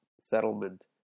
settlement